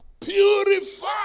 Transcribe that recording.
Purify